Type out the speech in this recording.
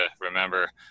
remember